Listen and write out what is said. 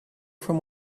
from